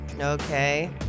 Okay